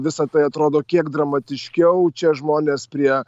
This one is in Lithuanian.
visa tai atrodo kiek dramatiškiau čia žmonės prie